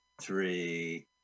Three